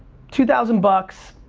two thousand bucks,